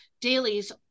dailies